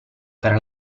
per